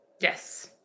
Yes